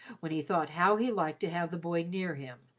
when he thought how he liked to have the boy near him,